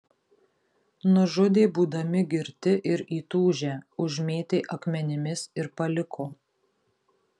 nužudė būdami girti ir įtūžę užmėtė akmenimis ir paliko